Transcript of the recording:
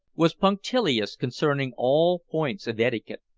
was punctilious concerning all points of etiquette,